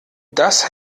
das